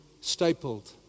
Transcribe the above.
stapled